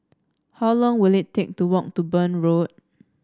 how long will it take to walk to Burn Road